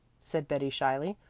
said betty shyly.